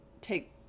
take